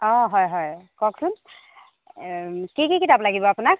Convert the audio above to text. অ হয় হয় কওকচোন কি কি কিতাপ লাগিব আপোনাক